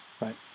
right